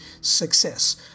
success